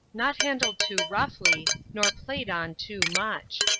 not handled too roughly, nor play'd on too much!